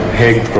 hague